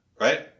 Right